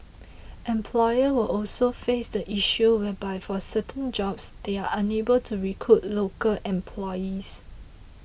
employers will also face the issue whereby for certain jobs they are unable to recruit local employees